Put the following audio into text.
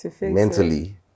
mentally